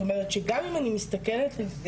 זאת אומרת גם אם אני מסתכלת על זה